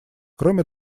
кроме